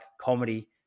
comedy